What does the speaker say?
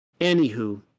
Anywho